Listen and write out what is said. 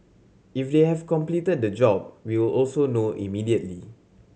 if they have completed the job we will also know immediately